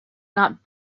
not